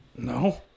No